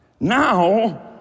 Now